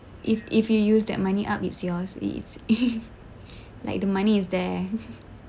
if if you use that money up it's yours it is like the money is there